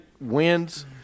wins